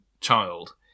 child